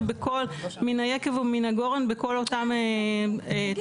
בכל מן היקב ומן הגורן בכל אותם תכניות?